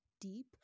deep